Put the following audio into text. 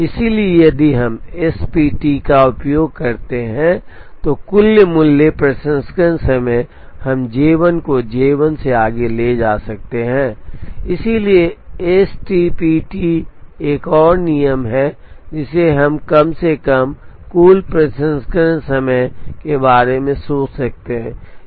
इसलिए यदि हम एसटीपीटी का उपयोग करते हैं तो कुल मूल्य प्रसंस्करण समय हम J 1 को J 1 से आगे ले जा सकते थे इसलिए STPT एक और नियम है जिसे हम कम से कम कुल प्रसंस्करण समय के बारे में सोच सकते हैं